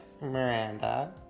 Miranda